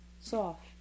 soft